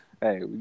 hey